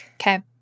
Okay